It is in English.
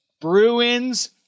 Bruins